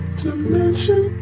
dimension